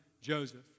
Joseph